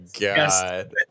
god